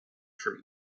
from